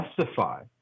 justify